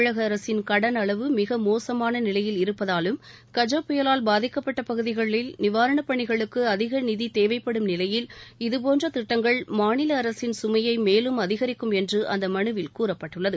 தமிழக அரசின் கடன் அளவு மிக மோசமான நிலையில் இருப்பதாலும் கஜா புயலால் பாதிக்கப்பட்ட பகுதிகளில் நிவாரணப் பணிகளுக்கு அதிக நிதி தேவைப்படும் நிலையில் இதுபோன்ற திட்டங்கள் மாநில அரசின் சுமையை மேலும் அதிகரிக்கும் என்று அந்த மனுவில் கூறப்பட்டுள்ளது